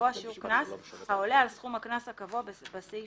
לקבוע שיעור קנס העולה על סכום הקנס הקבוע בסעיף